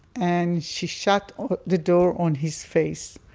and she shut the door on his face.